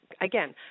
Again